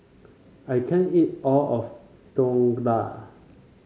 I can't eat all of Dhokla